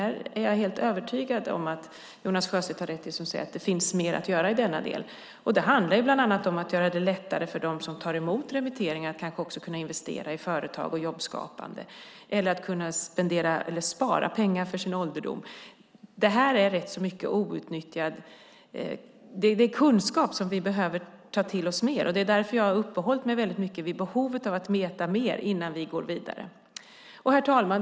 Jag är helt övertygad om att Jonas Sjöstedt har rätt när han säger att det finns mer att göra i denna del. Det handlar bland annat om att göra det lättare för dem som tar emot remitteringar att kunna investera i företag och jobbskapande eller spara pengar för sin ålderdom. Det här är kunskap som vi behöver ta till oss mer. Det är därför jag har uppehållit mig väldigt mycket vid behovet av att veta mer innan vi går vidare. Herr talman!